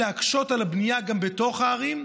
להקשות את הבנייה גם בתוך הערים,